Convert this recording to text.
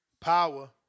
power